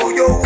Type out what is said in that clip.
yo